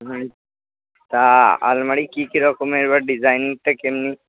হুম তা আলমারি কি কি রকমের বা ডিজাইনটা কেমনি